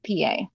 PA